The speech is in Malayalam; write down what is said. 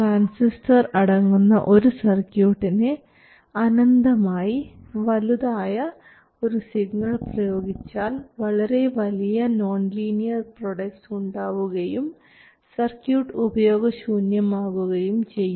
ട്രാൻസിസ്റ്റർ അടങ്ങുന്ന ഒരു സർക്യൂട്ടിന് അനന്തമായി വലുതായ ഒരു സിഗ്നൽ പ്രയോഗിച്ചാൽ വളരെ വലിയ നോൺലീനിയർ പ്രോഡക്റ്റ്സ് ഉണ്ടാവുകയും സർക്യൂട്ട് ഉപയോഗശൂന്യമാവുകയും ചെയ്യും